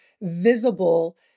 visible